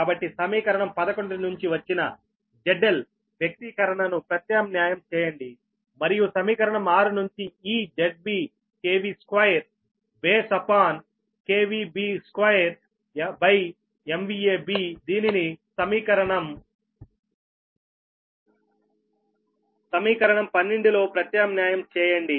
కాబట్టి సమీకరణం 11 నుంచి వచ్చిన ZL వ్యక్తీకరణను ప్రత్యామ్నాయం చేయండి మరియు సమీకరణం 6 నుంచి ఈ ZB 2 బేస్ అప్ ఆన్ B2Bదీనిని సమీకరణం 12 లో ప్రత్యామ్నాయం చేయండి